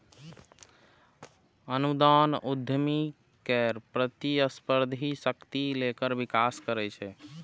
अनुदान उद्यमी केर प्रतिस्पर्धी शक्ति केर विकास करै छै